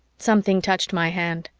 something touched my hand.